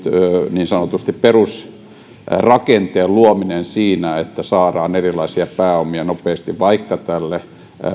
niin sanottu perusrakenteen luominen siinä että saadaan erilaisia pääomia nopeasti vaikka tätä